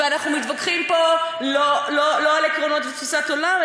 ואנחנו מתווכחים פה לא על עקרונות ותפיסת עולם,